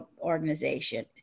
organization